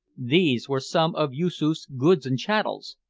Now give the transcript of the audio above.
these were some of yoosoof's goods and chattels,